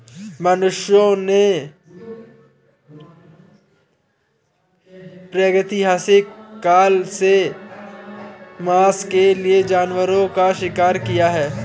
मनुष्यों ने प्रागैतिहासिक काल से मांस के लिए जानवरों का शिकार किया है